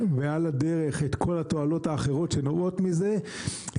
ועל הדרך את כל התועלות האחרות שנובעות מזה,